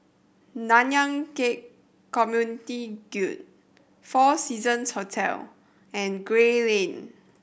Nanyang Khek Community Guild Four Seasons Hotel and Gray Lane